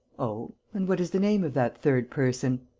oh? and what is the name of that third person?